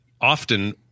often